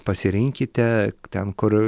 pasirinkite ten kur